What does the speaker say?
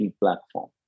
platform